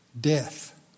Death